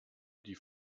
die